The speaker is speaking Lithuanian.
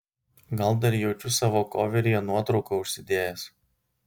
gal dar jaučiu savo koveryje nuotrauką užsidėjęs